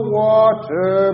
water